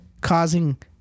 causing